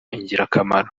ingirakamaro